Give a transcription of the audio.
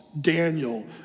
Daniel